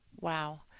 Wow